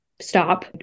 stop